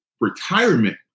retirement